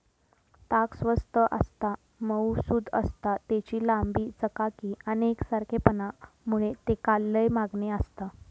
ताग स्वस्त आसता, मऊसुद आसता, तेची लांबी, चकाकी आणि एकसारखेपणा मुळे तेका लय मागणी आसता